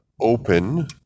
open